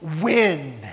win